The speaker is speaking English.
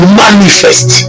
manifest